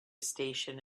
station